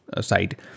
side